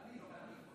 נא לסיים.